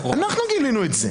אנחנו גילינו את זה.